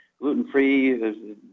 Gluten-free